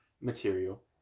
material